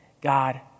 God